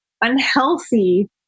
unhealthy